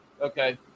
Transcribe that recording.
Okay